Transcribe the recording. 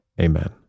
Amen